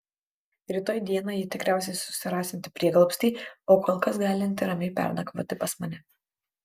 rytoj dieną ji tikriausiai susirasianti prieglobstį o kol kas galinti ramiai pernakvoti pas mane